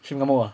she marah ah